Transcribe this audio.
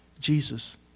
Jesus